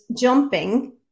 jumping